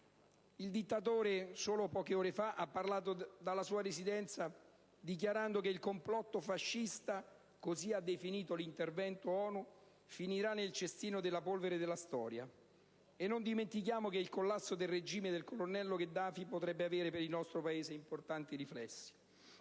Il dittatore, solo poche ore fa, ha parlato dalla sua residenza dichiarando che il complotto fascista, così ha definito l'intervento ONU, finirà nel cestino della polvere della storia. Non dimentichiamo che il collasso del regime del colonnello Gheddafi potrebbe avere per il nostro Paese importanti riflessi.